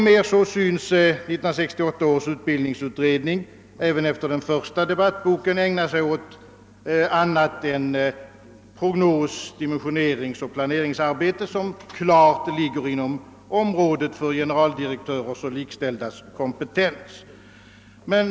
Utbildningsutredningen synes mer och mer — det framkom även i den första debattboken ägna sig åt annat än prognos-, dimensioneringsoch planeringsarbete, som klart ligger inom generaldirektörers och likställdas kom petensområde.